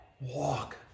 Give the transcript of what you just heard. walk